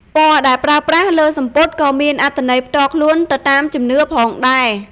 ពណ៌ដែលប្រើប្រាស់លើសំពត់ក៏មានអត្ថន័យផ្ទាល់ខ្លួនទៅតាមជំនឿផងដែរ។